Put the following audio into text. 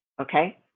Okay